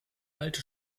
alte